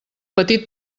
petit